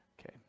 okay